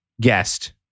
guest